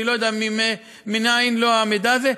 אני לא יודע מנין לו המידע הזה.